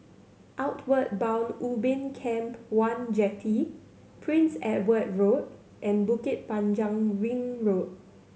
Outward Bound Ubin Camp One Jetty Prince Edward Road and Bukit Panjang Ring Road